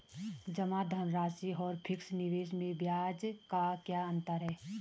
जमा धनराशि और फिक्स निवेश में ब्याज का क्या अंतर है?